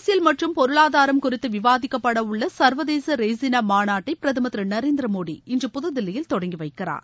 அரசியல் மற்றும் பொருளாதாரம் குறித்து விவாதிக்கப்பட உள்ள சர்வதேச ரெய்சினா மாநாட்டை பிரதமர் திரு நரேந்திர மோடி இன்று புது தில்லியில் தொடங்கி வைக்கிறார்